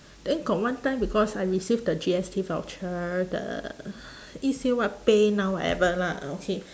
then got one time because I receive the G_S_T voucher the it say what paynow whatever lah okay